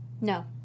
no